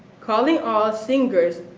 calling all singers,